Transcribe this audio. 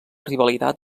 rivalitat